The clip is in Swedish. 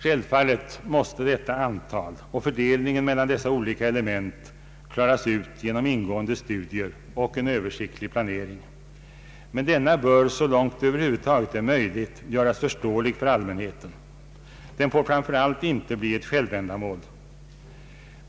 Självfallet måste detta antal och fördelningen mellan dessa olika element klaras ut genom ingående studier och en Översiktlig planering, men denna bör, så långt det är möjligt, göras förståelig för allmänheten. Den får framför allt inte bli ett självändamål.